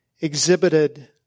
exhibited